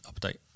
update